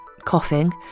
coughing